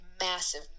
massive